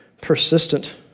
persistent